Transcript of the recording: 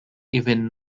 even